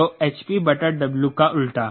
तो hp बटा W का उल्टा